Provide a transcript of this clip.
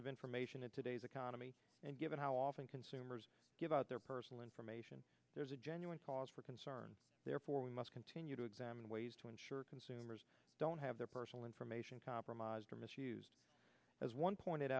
of information in today's economy and given how often consumers give out their personal information there is a genuine cause for concern therefore we must continue to examine ways to ensure consumers don't have their personal information compromised or misused as one pointed